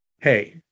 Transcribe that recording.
Hey